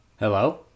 Hello